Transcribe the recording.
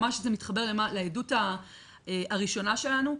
ממש זה מתחבר לעדות הראשונה שלנו,